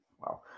wow